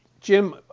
Jim